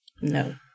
No